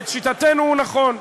לשיטתנו הוא נכון.